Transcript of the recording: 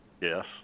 Yes